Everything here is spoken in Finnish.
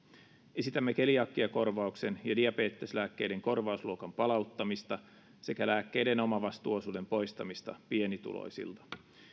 esitämme keliakiakorvauksen ja diabeteslääkkeiden korvausluokan palauttamista sekä lääkkeiden omavastuuosuuden poistamista pienituloisilta